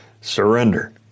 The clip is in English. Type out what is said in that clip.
Surrender